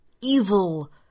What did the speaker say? evil